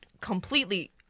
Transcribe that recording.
completely